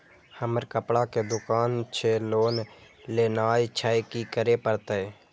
हमर कपड़ा के दुकान छे लोन लेनाय छै की करे परतै?